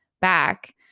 back